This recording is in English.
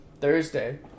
Thursday